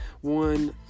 one